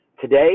Today